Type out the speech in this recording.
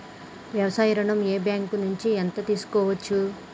వ్యవసాయ ఋణం ఏ బ్యాంక్ నుంచి ఎంత తీసుకోవచ్చు?